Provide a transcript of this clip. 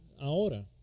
ahora